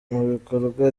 mubikorwa